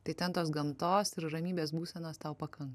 tai ten tos gamtos ir ramybės būsenos tau pakanka